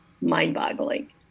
mind-boggling